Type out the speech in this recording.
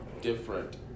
different